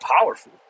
powerful